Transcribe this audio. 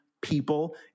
people